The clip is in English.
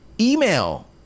email